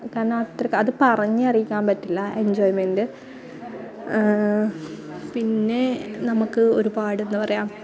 കാരണം അത്രക്കും അത് പറഞ്ഞ് അറിയിക്കാന് പറ്റില്ല എന്ജോയിമെന്റ് പിന്നെ നമുക്ക് ഒരുപാട് എന്നാണ് പറയുക